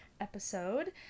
episode